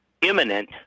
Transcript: imminent